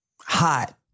hot